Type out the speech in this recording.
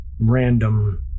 random